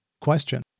question